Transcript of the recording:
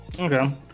Okay